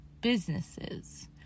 businesses